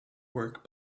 work